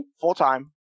full-time